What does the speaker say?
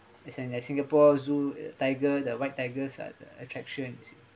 as like at singapore zoo tiger the white tigers are the attractions